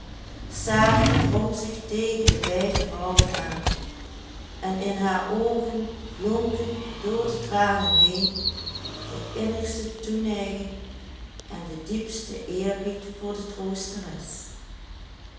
saartje drong zich tegen de beide vrouwen aan en in haar oogen blonken door de tranen heen de innigste toeneiging en de diepste eerbied voor de troosteres